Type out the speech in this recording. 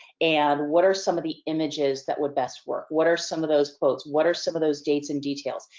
and what are some of the images that would best work? what are some of those quotes? what are some of those dates and details?